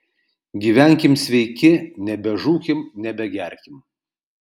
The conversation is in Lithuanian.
gyvenkim sveiki nebežūkim nebegerkim